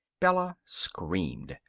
bella screamed.